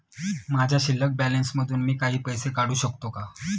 माझ्या शिल्लक बॅलन्स मधून मी काही पैसे काढू शकतो का?